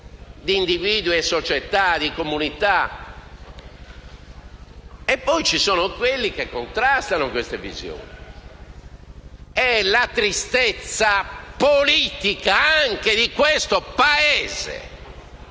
tra individuo, società e comunità. Poi ci sono coloro che contrastano queste visioni. La tristezza politica, anche di questo Paese,